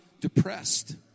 depressed